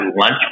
lunch